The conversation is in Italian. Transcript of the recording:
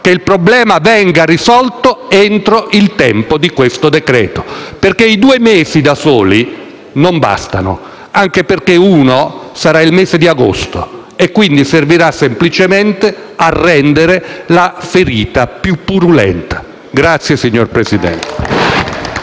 che il problema venga risolto entro il tempo di questo decreto-legge. I due mesi da soli non bastano, anche perché uno sarà il mese di agosto e quindi servirà semplicemente a rendere la ferita più purulenta. *(Applausi dal